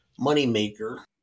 moneymaker